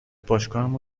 باشگاهمو